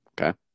Okay